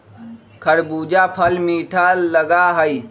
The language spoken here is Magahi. खरबूजा फल मीठा लगा हई